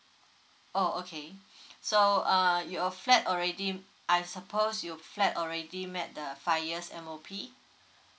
oh okay so uh your flat already um I suppose you flat already met the five years M_O_P